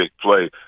play